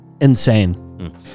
insane